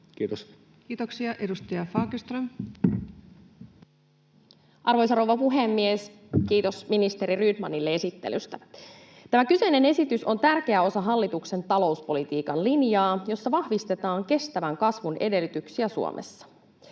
muuttamisesta Time: 16:53 Content: Arvoisa rouva puhemies! Kiitos ministeri Rydmanille esittelystä. Tämä kyseinen esitys on tärkeä osa hallituksen talouspolitiikan linjaa, jossa vahvistetaan kestävän kasvun edellytyksiä Suomessa.